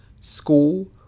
school